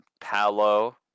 Palo